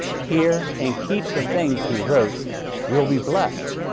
hear and keep the things he wrote will be blessed.